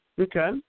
Okay